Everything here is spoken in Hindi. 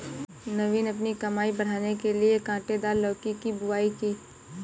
नवीन अपनी कमाई बढ़ाने के लिए कांटेदार लौकी की बुवाई की